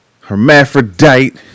hermaphrodite